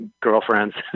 girlfriends